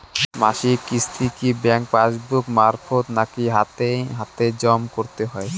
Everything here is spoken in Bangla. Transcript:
মাসিক কিস্তি কি ব্যাংক পাসবুক মারফত নাকি হাতে হাতেজম করতে হয়?